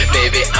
Baby